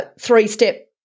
three-step